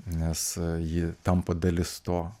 nes ji tampa dalis to